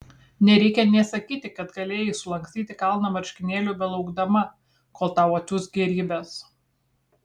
nereikia nė sakyti kad galėjai sulankstyti kalną marškinėlių belaukdama kol tau atsiųs gėrybes